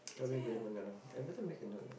kami boleh mengarang I better make a note on that